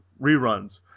reruns